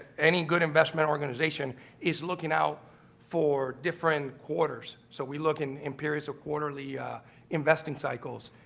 any good investment organization is looking out for different quarters. so we look in in periods of quarterly investment cycles.